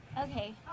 Okay